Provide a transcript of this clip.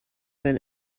been